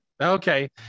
Okay